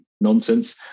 nonsense